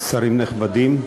שרים נכבדים,